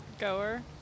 Goer